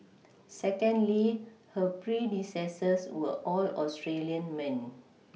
secondly her predecessors were all Australian men